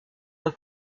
loin